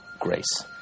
grace